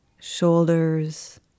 shoulders